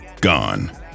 Gone